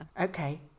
Okay